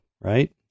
right